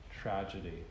tragedy